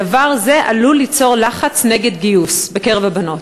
דבר זה עלול ליצור לחץ נגד גיוס בקרב הבנות.